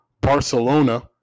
Barcelona